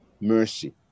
mercy